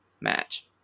match